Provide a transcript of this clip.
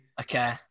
Okay